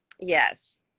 Yes